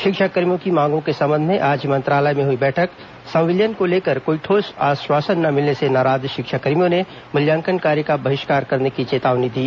शिक्षाकर्मियों की मांगों के संबंध में आज मंत्रालय में हुई बैठक संविलियन को लेकर कोई ठोस आश्वासन न मिलने से नाराज शिक्षाकर्मियों ने मूल्यांकन कार्य का बहिष्कार करने की चेतावनी दी